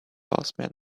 horsemen